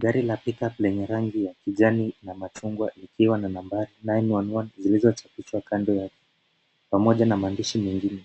Gari la Pickup lenye rangi ya kijani na machungwa likiwa na nambari 911 zilizochapishwa kando yake pamoja na maandishi mengine.